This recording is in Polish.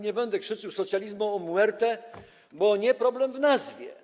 Nie będę krzyczał „Socialismo o muerte”, bo nie problem w nazwie.